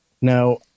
Now